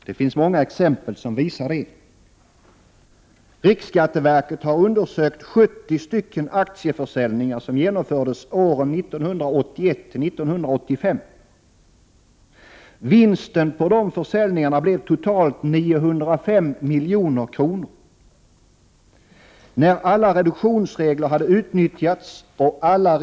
Det finns många exempel på det. 905 milj.kr. betalade man alltså en enda futtig procent i skatt!